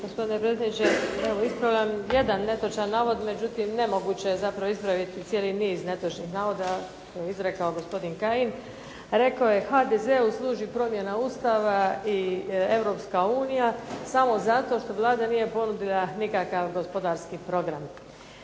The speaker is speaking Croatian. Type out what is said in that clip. Gospodine predsjedniče, ispravljam jedan netočan navod, međutim, ne moguće je zapravo ispraviti čitav niz netočnih navoda koje je izrekao gospodin Kajin. Rekao je HDZ-u služi promjena Ustava i Europska unija samo zato što Vlada nije ponudila nikakav gospodarski program.